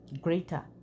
greater